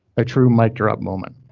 a true mic drop moment.